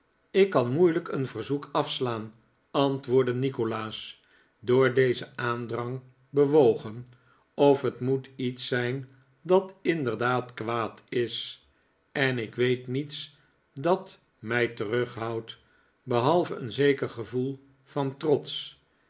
ik kan moeilijk een verzoek afslaan antwoordde nikolaas door dezen aandrang bewogen of het moet iets zijn dat inderdaad kwaad is en ik weet niets dat mij terughoudt behalve een zeker gevo'el van trots